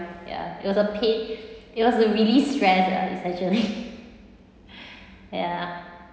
ya it was a pain it was to release stressed ah it's actually ya